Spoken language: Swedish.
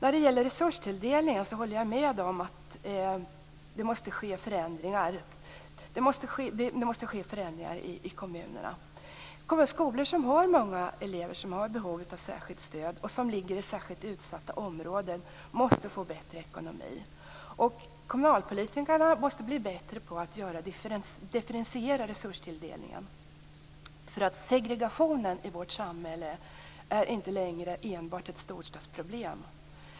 I fråga om resurstilldelningen håller jag med om att förändringar måste ske i kommunerna. Skolor med många elever som har behov av särskilt stöd och som ligger i särskilt utsatta områden måste få bättre ekonomi. Kommunpolitikerna måste bli bättre på att göra en differentierad resurstilldelning. Segregationen i vårt samhälle är inte enbart ett storstadsproblem.